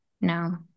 no